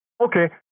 Okay